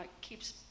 keeps